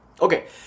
Okay